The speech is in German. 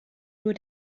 nur